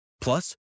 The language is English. Plus